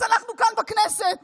אז אנחנו כאן בכנסת